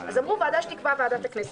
אז אמרו ועדה שתקבע ועדת הכנסת.